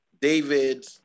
David